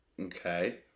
Okay